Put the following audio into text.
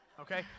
okay